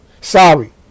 sorry